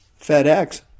FedEx